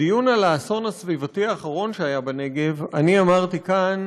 בדיון על האסון הסביבתי האחרון שהיה בנגב אני אמרתי כאן: